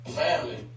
family